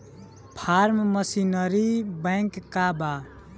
Form machinery bank का बा?